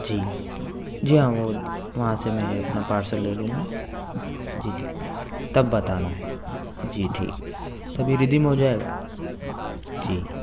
جی جی ہاں وہ وہاں سے میں اپنا پارسل لے لوں گا جی تب بتانا ہے جی ٹھیک تبھی ردیم ہوجائے گا جی